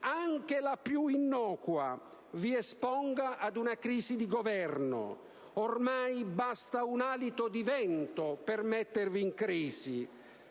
anche la più innocua, vi esponga a una crisi di Governo. Ormai basta un alito di vento per mettervi in crisi.